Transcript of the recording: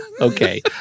Okay